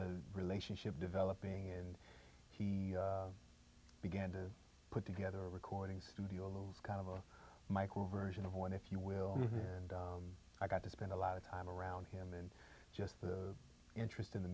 the relationship developing and he began to put together a recording studio of those kind of a micro version of one if you will and i got to spend a lot of time around him and just the interest in the